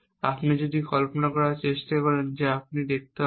আপনি যদি কল্পনা করার চেষ্টা করেন যে আপনি দেখতে পাবেন